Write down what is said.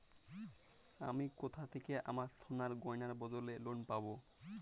আমি কোথা থেকে আমার সোনার গয়নার বদলে লোন পাবো?